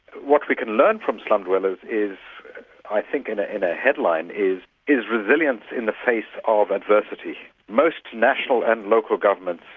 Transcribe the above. what we can learn from slum-dwellers is i think in a ah headline is is resilience in the face of adversity. most national and local governments,